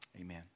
amen